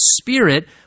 spirit